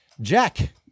Jack